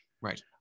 Right